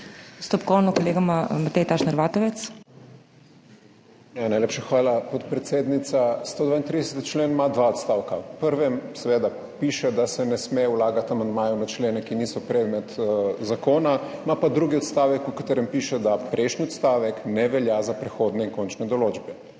VATOVEC (PS Levica):** Najlepša hvala, podpredsednica. 132. člen ima dva odstavka. V prvem seveda piše, da se ne sme vlagati amandmajev na člene, ki niso predmet zakona. Ima pa drugi odstavek, v katerem piše, da prejšnji odstavek ne velja za prehodne in končne določbe.